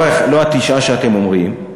לא ה-9 שאתם אומרים,